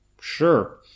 Sure